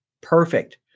perfect